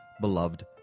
beloved